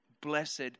Blessed